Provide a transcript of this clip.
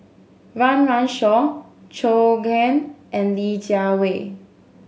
Run Run Shaw Zhou Can and Li Jiawei